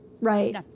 right